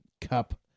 cup